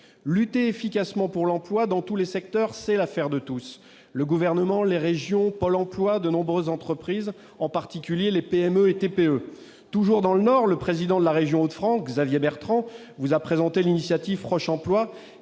Lutter efficacement pour l'emploi, dans tous les secteurs, c'est l'affaire de tous : le Gouvernement, les régions, Pôle emploi, de nombreuses entreprises, en particulier les PME et TPE. Toujours dans le Nord, le président de la région Hauts-de-France, Xavier Bertrand, vous a présenté l'initiative Proch'Emploi,